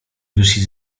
wyszli